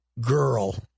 girl